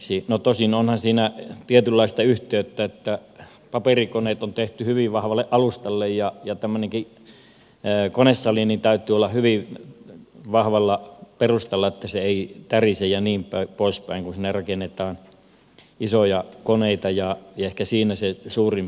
tosin onhan siinä tietynlaista yhteyttä että paperikoneet on tehty hyvin vahvalle alustalle ja tämmöisen konesalinkin täytyy olla hyvin vahvalla perustalla että se ei tärise ja niin poispäin kun sinne rakennetaan isoja koneita ja ehkä siinä se suurin perustelu oli